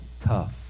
tough